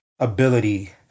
Ability